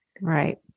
Right